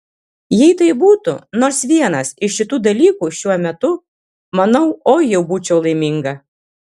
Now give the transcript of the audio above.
jei tai būtų nors vienas iš šitų dalykų šiuo metu manau oi jau būčiau laiminga